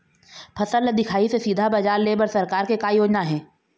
फसल ला दिखाही से सीधा बजार लेय बर सरकार के का योजना आहे?